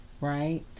right